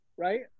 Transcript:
right